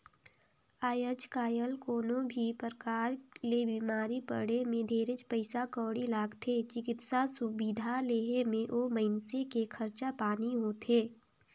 आयज कायल कोनो भी परकार ले बिमारी पड़े मे ढेरेच पइसा कउड़ी लागथे, चिकित्सा सुबिधा लेहे मे ओ मइनसे के खरचा पानी होथे